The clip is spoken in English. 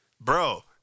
Bro